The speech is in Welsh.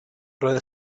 roedd